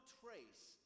trace